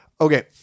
Okay